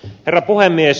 herra puhemies